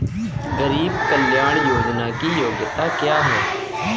गरीब कल्याण योजना की योग्यता क्या है?